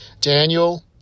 Daniel